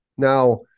Now